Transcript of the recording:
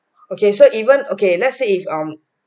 okay so even okay let's say if um